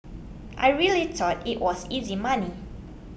I really thought it was easy money